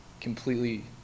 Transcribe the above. completely